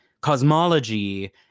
cosmology